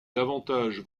davantage